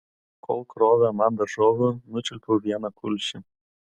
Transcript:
kol krovė man daržovių nučiulpiau vieną kulšį